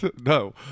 No